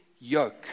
yoke